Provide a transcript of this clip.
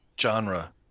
genre